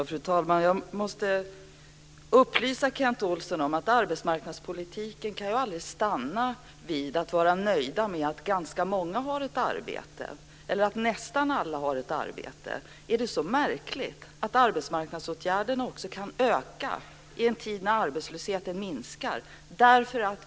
Fru talman! Jag måste upplysa Kent Olsson om att vi i arbetsmarknadspolitiken aldrig kan stanna vid att vara nöjda med att ganska många har ett arbete eller att nästan alla har ett arbete. Är det så märkligt att arbetsmarknadsåtgärderna kan öka i en tid när arbetslösheten minskar?